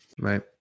Right